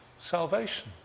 salvation